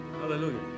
Hallelujah